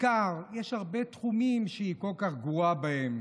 יש הרבה תחומים שהיא כל כך גרועה בהם.